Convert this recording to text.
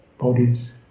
bodies